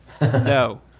No